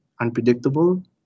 unpredictable